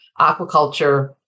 aquaculture